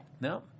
No